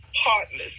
heartless